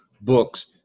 books